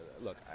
look